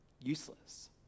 Useless